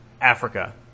Africa